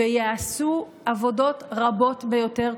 וייעשו עבודות רבות ביותר.